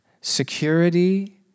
Security